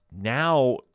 now